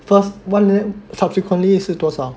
first one th~ subsequently 是多少